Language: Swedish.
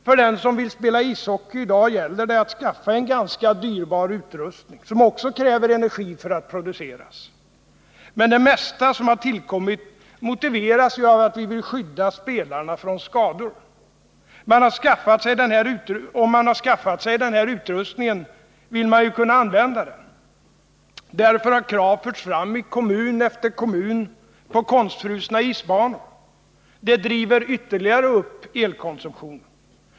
För den som vill spela ishockey i dag gäller det att skaffa en ganska dyrbar utrustning, som också kräver energi för att produceras. Men det mesta som har tillkommit motiveras ju av att vi vill skydda spelarna från skador. Om man har skaffat sig den här utrustningen, vill man ju kunna använda den. Därför har krav förts fram i kommun efter kommun på konstfrusna isbanor. Det driver ytterligare upp elkonsumtionen.